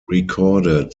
recorded